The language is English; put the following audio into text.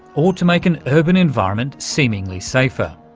or to make an urban environment seemingly safer.